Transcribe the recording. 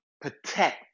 protect